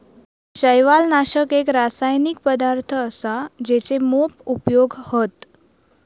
शैवालनाशक एक रासायनिक पदार्थ असा जेचे मोप उपयोग हत